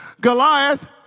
Goliath